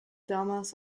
damals